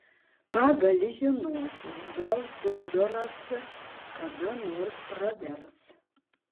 ką gali žinoti gal fiodoras kada nors pravers